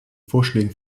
vorschlägen